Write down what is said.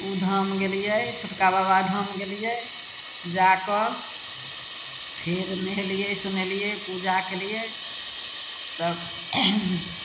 उ धाम गेलियै छोटका बाबा धाम गेलियै जा कऽ फेर नहेलियै सुनेलियै पूजा कयलियै तब